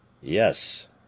Yes